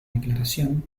declaración